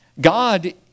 God